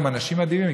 הם אנשים מדהימים,